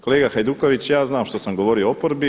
Kolega Hajduković, ja znam što sam govorio o oporbi.